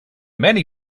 many